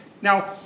Now